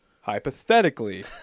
hypothetically